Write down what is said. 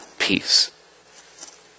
Peace